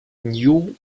new